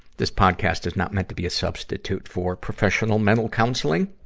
this podcast is not meant to be a substitute for professional mental counseling.